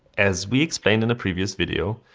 as we explained in a previous video,